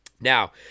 Now